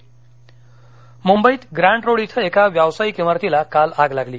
मंवई आग मुंबईत Grant Road इथं एका व्यवसायिक इमारतीला काल आग लागली